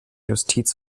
justiz